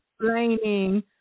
explaining